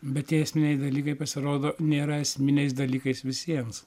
bet tie esminiai dalykai pasirodo nėra esminiais dalykais visiems